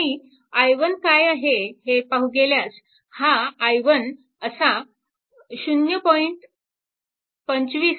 आणि i1 काय आहे हे पाहायचे झाल्यास हा i1 असा 0